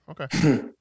Okay